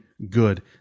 Good